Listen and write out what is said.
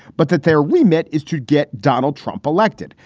but that there we met is to get donald trump elected.